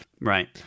Right